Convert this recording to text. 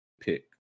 pick